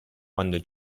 quando